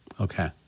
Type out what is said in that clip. Okay